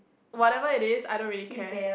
whatever it is I don't really care